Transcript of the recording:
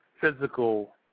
physical